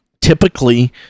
typically